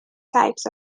types